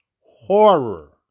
horror